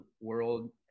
world